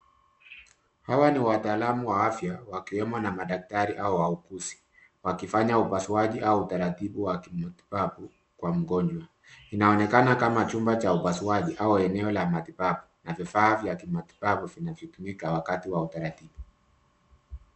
Hawa ni wataalam wa afya wakiwemo na madaktari na wauguzi wakifanya upasuaji au utaratibu wa matibabu kwa mgonjwa. Inaonekana kama chumba cha upasuaji au eneo la matibabu na vifaa vya kimatibabu vinavyo tumika wakati wa utaratibu.